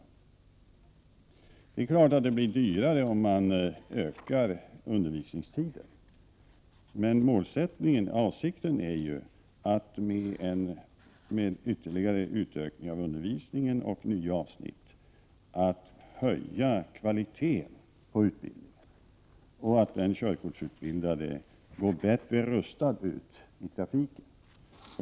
Givetvis blir det dyrare om man ökar undervisningstiden, men avsikten är ju att med en ytterligare utökning av undervisningen och med nya avsnitt höja kvaliteten på utbildningen och att den körkortsutbildade på så sätt går bättre rustad ut i trafiken.